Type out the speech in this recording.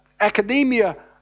academia